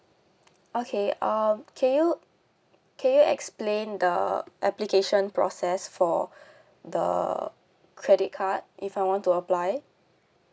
okay um can you can you explain the application process for the credit card if I want to apply